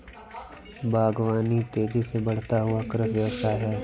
बागवानी तेज़ी से बढ़ता हुआ कृषि व्यवसाय है